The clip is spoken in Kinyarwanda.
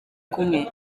kumwe